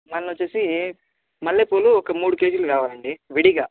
మళ్ళొచ్చేసి మల్లెపూలు ఒక మూడు కేజీలు కావాలండి విడిగా